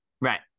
Right